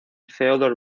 theodor